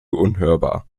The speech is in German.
unhörbar